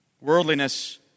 Worldliness